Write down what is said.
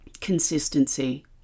Consistency